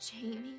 Jamie